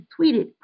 tweeted